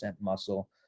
muscle